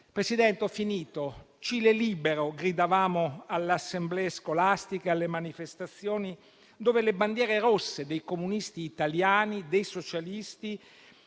Presidente, ho finito: "Cile libero!", gridavamo alle assemblee scolastiche e alle manifestazioni, dove le bandiere rosse dei comunisti italiani e dei socialisti